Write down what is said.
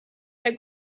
der